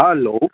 hello